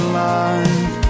life